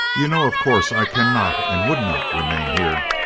you know, of course, i cannot and would not remain here.